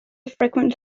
frequent